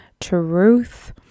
truth